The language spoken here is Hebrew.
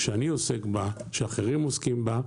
שאני עוסק בה ושאחרים עוסקים בה,